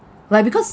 like because